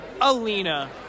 Alina